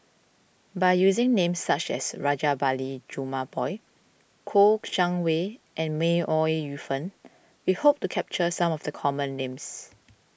by using names such as Rajabali Jumabhoy Kouo Shang Wei and May Ooi Yu Fen we hope to capture some of the common names